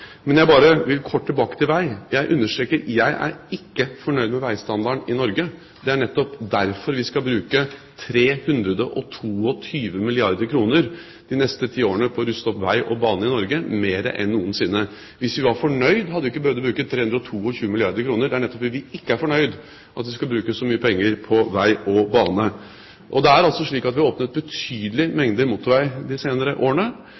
Men jeg vil kort tilbake til vei. Jeg understreker at jeg er ikke fornøyd med veistandarden i Norge. Det er nettopp derfor vi skal bruke 322 milliarder kr de neste ti årene på å ruste opp vei og bane i Norge – mer enn noensinne. Hvis vi var fornøyd, hadde vi ikke behøvd å bruke 322 milliarder kr. Det er nettopp fordi vi ikke er fornøyd, at vi skal bruke så mye penger på vei og bane. Og det er altså slik at vi har åpnet betydelige mengder motorvei de senere årene.